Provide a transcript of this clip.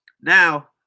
Now